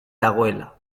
dagoela